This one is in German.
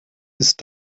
ist